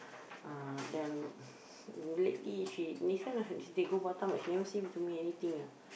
uh then this one they go Batam but she never say to me anything ah